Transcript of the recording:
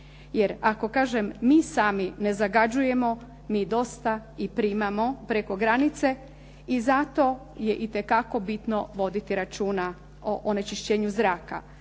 Jer ako kažem mi sami ne zagađujemo mi dosta i primamo preko granice i zato je itekako bitno voditi računa o onečišćenju zraka.